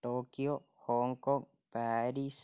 Tokyo Hong Kong Paris